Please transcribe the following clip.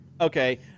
Okay